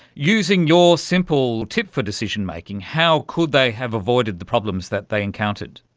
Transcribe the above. using your simple tip for decision-making, how could they have avoided the problems that they encountered?